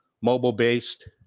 mobile-based